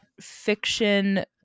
fiction